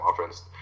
offense